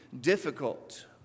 difficult